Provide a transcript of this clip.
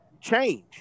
change